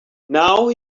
now